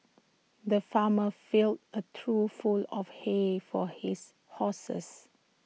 the farmer filled A trough full of hay for his horses